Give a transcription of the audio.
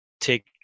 take